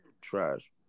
Trash